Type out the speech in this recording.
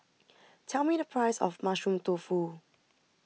tell me the price of Mushroom Tofu